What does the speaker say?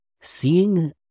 seeing